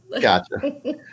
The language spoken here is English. Gotcha